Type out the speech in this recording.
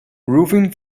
roofing